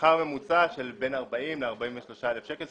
שכר ממוצע של בין 40,000 ל-43,000 שקלים.